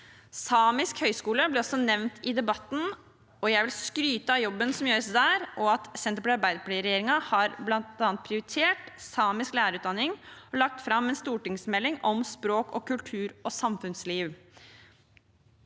Samisk høyskole ble også nevnt i debatten, og jeg vil skryte av jobben som gjøres der, og at Arbeiderparti– Senterparti-regjeringen bl.a. har prioritert samisk lærerutdanning og lagt fram en stortingsmelding om språk, kultur og samfunnsliv.